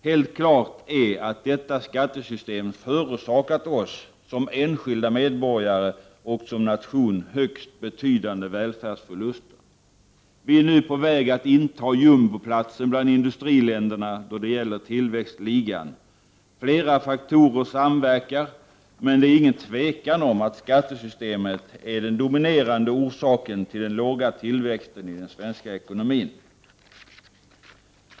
Helt klart är att detta skattesystem förorsakat oss som enskilda medborgare och som nation högst betydande välfärdsförluster. Vi är nu på väg att inta jumboplatsen bland industriländerna då det gäller tillväxtligan. Flera faktorer samverkar, men det råder inget tvivel om att skattesystemet är den dominerande orsaken till den låga tillväxten i den svenska ekonomin.